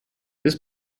this